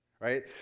Right